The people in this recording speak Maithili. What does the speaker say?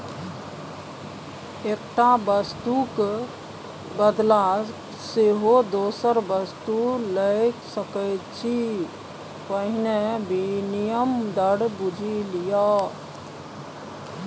एकटा वस्तुक क बदला सेहो दोसर वस्तु लए सकैत छी पहिने विनिमय दर बुझि ले